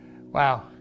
Wow